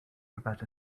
about